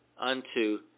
unto